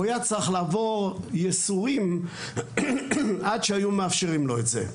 הוא היה צריך לעבור ייסורים עד שהיו מאפשרים לו את זה.